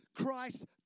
Christ